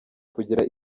kugira